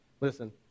Listen